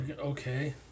Okay